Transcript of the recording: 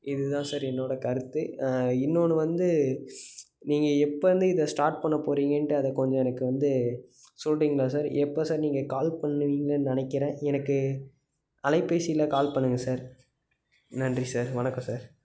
இது தான் சார் என்னோடய கருத்து இன்னொன்று வந்து நீங்கள் எப்போ இருந்து இதை ஸ்டார்ட் பண்ணப் போகிறீங்கன்றத கொஞ்சம் எனக்கு வந்து சொல்கிறீங்களா சார் எப்போ சார் நீங்கள் கால் பண்ணுவீங்கன்னு நினைக்கிறேன் எனக்கு அலைபேசியில் கால் பண்ணுங்கள் சார் நன்றி சார் வணக்கம் சார்